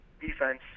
defense